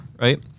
right